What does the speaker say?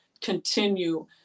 continue